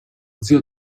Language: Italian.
zio